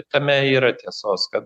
tame yra tiesos kad